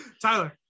Tyler